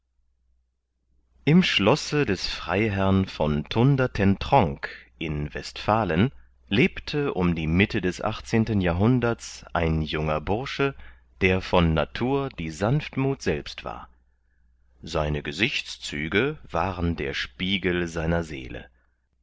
im schlosse des freiherrn v thundertentronckh in westfalen lebte um die mitte des achtzehnten jahrhunderts ein junger bursche der von natur die sanftmuth selbst war seine gesichtszüge waren der spiegel seiner seele